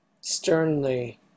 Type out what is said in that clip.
sternly